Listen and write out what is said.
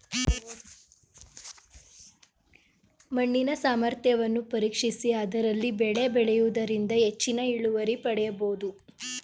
ಮಣ್ಣಿನ ಸಾಮರ್ಥ್ಯವನ್ನು ಪರೀಕ್ಷಿಸಿ ಅದರಲ್ಲಿ ಬೆಳೆ ಬೆಳೆಯೂದರಿಂದ ಹೆಚ್ಚಿನ ಇಳುವರಿ ಪಡೆಯಬೋದು